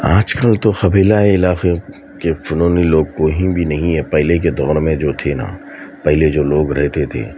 آج کل تو قبیلائی علاقے کے پرانے لوگ کہیں بھی نہیں ہے پہلے کے دور میں جو تھے نا پہلے جو لوگ رہتے تھے